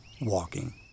WALKING